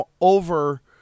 over